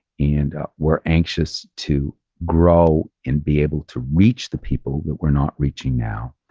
and we're anxious to grow and be able to reach the people that we're not reaching now.